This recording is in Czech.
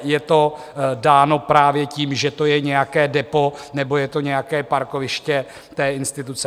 Je to dáno tím, že je to nějaké depo nebo je to nějaké parkoviště té instituce.